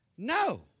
No